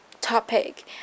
topic